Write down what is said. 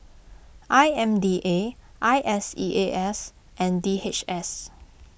I M D A I S E A S and D H S